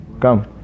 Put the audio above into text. come